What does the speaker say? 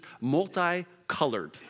multicolored